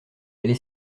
aller